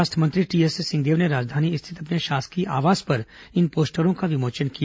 स्वास्थ्य मंत्री टीएस सिंहदेव ने राजधानी स्थित अपने शासकीय आवास पर इन पोस्टरों का विमोचन किया